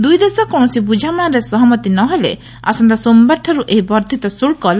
ଦୁଇଦେଶ କୌଣସି ବୁଝାମଣାରେ ସହମତି ନହେଲେ ଆସନ୍ତା ସୋମବାରଠାରୁ ଏହି ବର୍ଦ୍ଧିତ ଶୁଳ୍କ ଲାଗୁ ହେବ